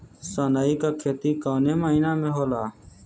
सनई का खेती कवने महीना में होला?